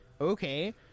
okay